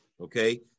okay